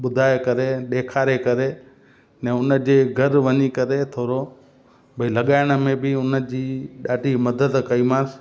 ॿुधाए करे ॾेखारे करे अने उन जे घरु वञी करे थोरो भई लॻाइण में बि उन जी ॾाढी मदद कईमांसि